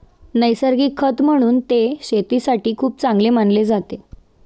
नैसर्गिक खत म्हणून ते शेतीसाठी खूप चांगले मानले जाते